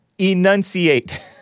enunciate